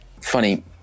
funny